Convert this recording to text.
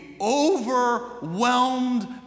overwhelmed